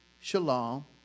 shalom